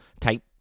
type